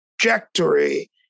trajectory